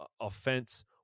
Offense